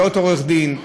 להיות עורך דין,